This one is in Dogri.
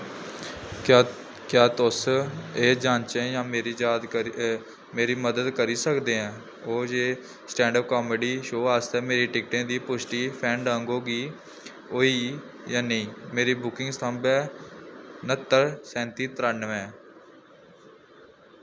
क्या तुस एह् जांचने च मेरी मदद करी सकदे ओ जे स्टैंड अप कामेडी शो आस्तै मेरे टिकटें दी पुश्टी फैनडांगो गी होई ऐ जां नेईं मेरा बुकिंग संदर्भ ऐ न्हत्तर सैंती त्रानुऐं